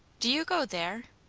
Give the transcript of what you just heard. do you go there?